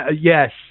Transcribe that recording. Yes